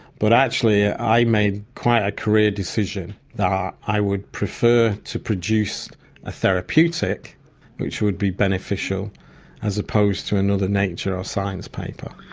but actually i made quite a career decision that i would prefer to produce a therapeutic which would be beneficial as opposed to another nature or science paper.